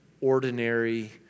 ordinary